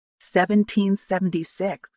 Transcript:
1776